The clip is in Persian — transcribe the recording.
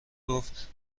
گفت